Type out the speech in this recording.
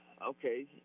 Okay